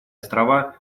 острова